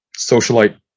socialite